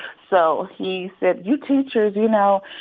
so he said, you teachers, you know,